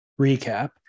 recap